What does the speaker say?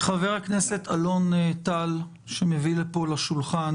חבר הכנסת אלון טל מביא לפה לשולחן